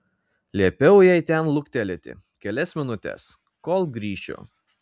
liepiau jai ten luktelėti kelias minutes kol grįšiu